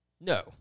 No